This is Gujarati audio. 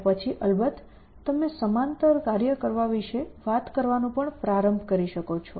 અને પછી અલબત્ત તમે સમાંતર કાર્ય કરવા વિશે વાત કરવાનું પણ પ્રારંભ કરી શકો છો